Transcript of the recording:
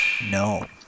No